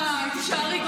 די, תישארי,